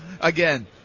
Again